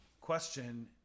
question